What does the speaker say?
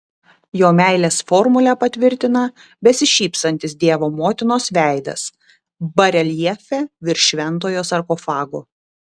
jo meilės formulę patvirtina besišypsantis dievo motinos veidas bareljefe virš šventojo sarkofago